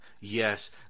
yes